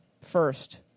first